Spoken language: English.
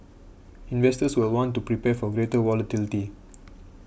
investors will want to prepare for greater volatility